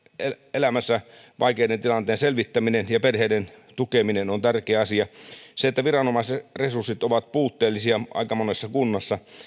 vaikeiden tilanteiden selvittäminen ja perheiden tukeminen ovat tärkeitä asioita se että viranomaisresurssit ovat puutteellisia aika monessa